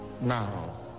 Now